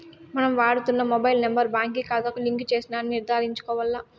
మనం వాడుతున్న mobile number బాంకీ కాతాకు లింక్ చేసినారని నిర్ధారించుకోవాల్ల